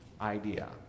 idea